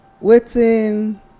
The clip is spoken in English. Waiting